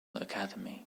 academy